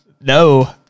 No